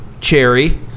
Cherry